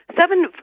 seven